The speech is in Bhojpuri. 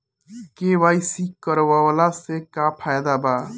के.वाइ.सी करवला से का का फायदा बा?